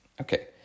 Okay